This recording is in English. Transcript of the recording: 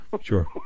Sure